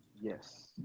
Yes